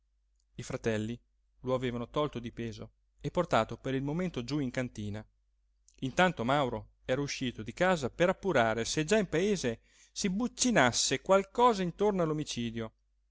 i fratelli lo avevano tolto di peso e portato per il momento giú in cantina intanto mauro era uscito di casa per appurare se già in paese si buccinasse qualcosa intorno